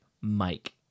Mike